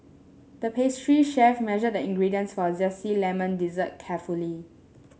the pastry chef measured the ingredients for a zesty lemon dessert carefully